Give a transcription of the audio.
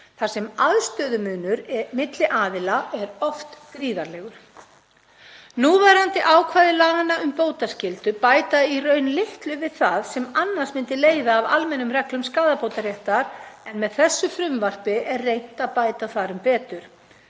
þar sem aðstöðumunur milli aðila er oft gríðarlegur. Núverandi ákvæði laganna um bótaskyldu bæta í raun litlu við það sem annars myndi leiða af almennum reglum skaðabótaréttar en með þessu frumvarpi er reynt að bæta þar um betur.